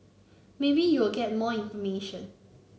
maybe you will get more information